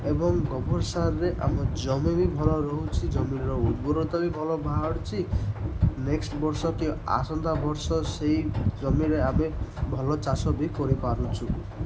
ଏବଂ ଗୋବର ସାରରେ ଆମ ଜମି ବି ଭଲ ରହୁଛି ଜମିର ଉର୍ବରତା ବି ଭଲ ବାହାରୁଛି ନେକ୍ସଟ୍ ବର୍ଷ କି ଆସନ୍ତା ବର୍ଷ ସେହି ଜମିରେ ଆମେ ଭଲ ଚାଷ ବି କରିପାରୁଛୁ